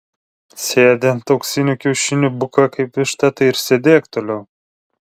sėdi ant auksinių kiaušinių buka kaip višta tai ir sėdėk toliau